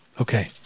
Okay